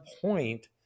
point